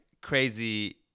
crazy